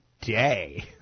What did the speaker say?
day